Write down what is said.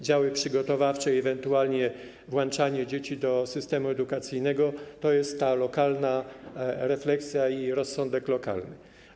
Działy przygotowawcze i ewentualnie włączanie dzieci do systemu edukacyjnego to jest ta lokalna refleksja i rozsądek lokalny.